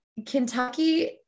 Kentucky